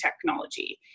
technology